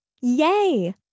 Yay